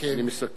אני מסכם.